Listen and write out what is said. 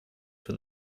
for